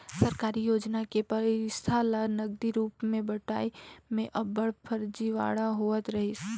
सरकारी योजना के पइसा ल नगदी रूप में बंटई में अब्बड़ फरजीवाड़ा होवत रहिस